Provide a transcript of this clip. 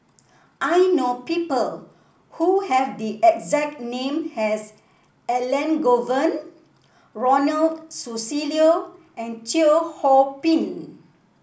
I know people who have the exact name as Elangovan Ronald Susilo and Teo Ho Pin